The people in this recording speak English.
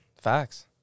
Facts